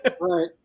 right